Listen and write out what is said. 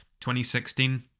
2016